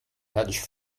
hedge